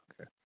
Okay